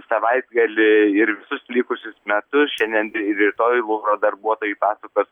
savaitgalį ir visus likusius metus šiandien ir rytoj luvro darbuotojai pasakos